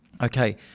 Okay